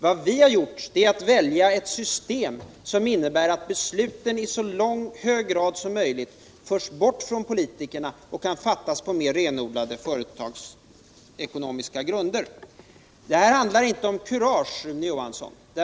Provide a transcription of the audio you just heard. Vad vi har gjort är att välja ett system som innebär att besluten i så hög grad som möjligt förs bort från politikerna och kan fattas på mer renodlade företagsekonomiska grunder. Det här handlar inte om kurage, Rune Johansson.